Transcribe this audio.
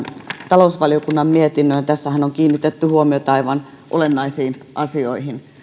talousvaliokunnan mietinnön ja tässähän on kiinnitetty huomiota aivan olennaisiin asioihin